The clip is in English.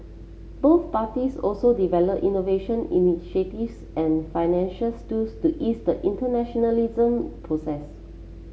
both parties also develop innovation initiatives and financials tools to ease the internationalisation process